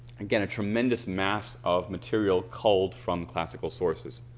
again a tremendous mass of material called from classical sources.